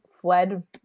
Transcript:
fled